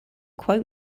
quote